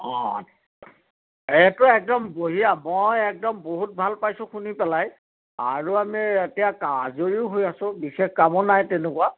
অঁ এইটো একদম বঢ়িয়া মই একদম বহুত ভাল পাইছোঁ শুনি পেলাই আৰু আমি এতিয়া আজৰিয়ো হৈ আছো বিশেষ কামো নাই তেনেকুৱা